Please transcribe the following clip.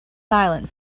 silent